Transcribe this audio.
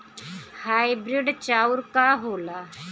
Hybrid चाउर का होला?